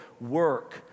work